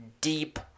deep